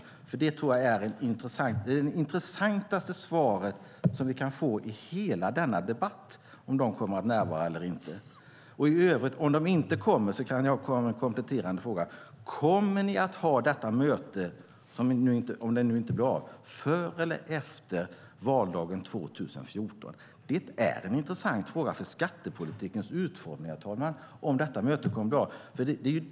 Det tror jag är det intressantaste att få svar på i hela denna debatt. Om de inte kommer att närvara har jag en kompletterande fråga: Kommer ni att ha ett möte, om detta inte blir av, före eller efter valdagen 2014? Det är en intressant fråga för skattepolitikens utformning, herr talman, om detta möte kommer att bli av.